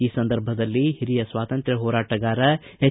ಈ ಸಂದರ್ಭದಲ್ಲಿ ಹಿರಿಯ ಸ್ವಾತಂತ್ರ್ಯ ಹೋರಾಟಗಾರ ಎಚ್